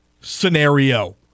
scenario